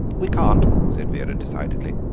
we can't, said vera decidedly,